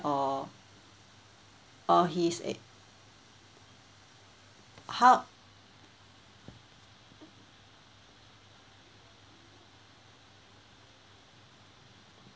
oh or he's a how